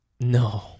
no